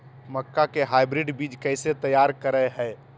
मक्का के हाइब्रिड बीज कैसे तैयार करय हैय?